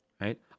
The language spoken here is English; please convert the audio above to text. right